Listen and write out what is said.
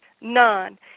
none